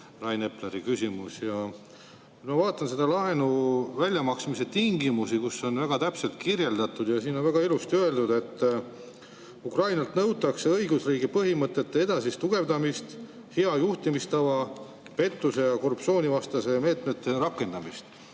Rain Epleri küsimus. Kui ma vaatan neid laenu väljamaksmise tingimusi, kus on väga täpselt kirjeldatud, ja siin on väga ilusasti öeldud, et Ukrainalt nõutakse õigusriigi põhimõtete edasist tugevdamist, hea juhtimistava, pettuse- ja korruptsioonivastaste meetmete rakendamist.